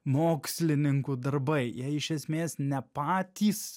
mokslininkų darbai jie iš esmės ne patys